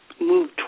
move